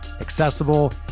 accessible